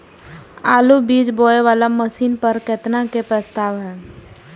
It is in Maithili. आलु बीज बोये वाला मशीन पर केतना के प्रस्ताव हय?